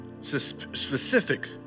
specific